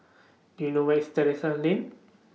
Do YOU know Where IS Terrasse Lane